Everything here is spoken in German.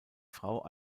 frau